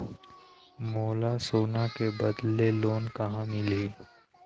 मोला सोना के बदले लोन कहां मिलही?